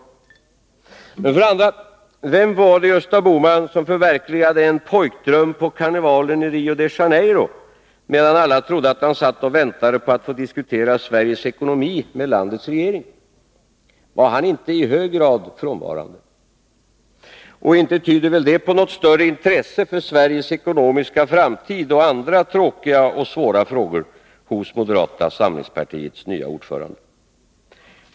För det andra: Vem var det, Gösta Bohman, som förverkligade en pojkdröm på karnevalen i Rio de Janeiro, medan alla trodde att han satt och väntade på att få diskutera Sveriges ekonomi med landets regering? Var han inte i hög grad frånvarande? Inte tyder väl det på något större intresse för Sveriges ekonomiska framtid och andra tråkiga och svåra frågor från moderata samlingspartiets nye ordförande.